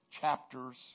chapters